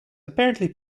apparently